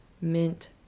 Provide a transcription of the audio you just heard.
mint